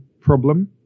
problem